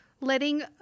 letting